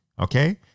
Okay